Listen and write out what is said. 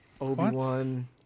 Obi-Wan